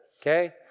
Okay